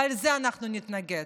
ולזה אנחנו נתנגד.